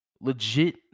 legit